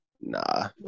Nah